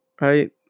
right